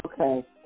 Okay